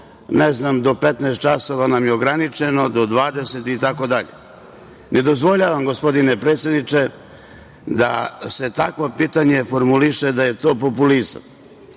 ne možemo, do 15.00 časova nam je ograničeno, do 20.00 časova, itd. Ne dozvoljavam, gospodine predsedniče, da se takvo pitanje formuliše da je to populizam. Prvo,